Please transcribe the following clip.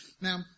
Now